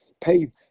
pay